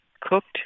cooked